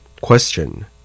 Question